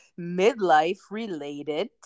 midlife-related